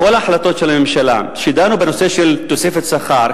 בכל ההחלטות של הממשלה שדנו בנושא של תוספת שכר,